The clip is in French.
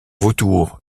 vautours